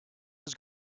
was